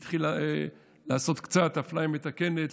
התחיל לעשות קצת אפליה מתקנת,